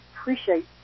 appreciate